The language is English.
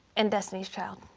and destiny's child.